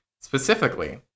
specifically